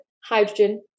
hydrogen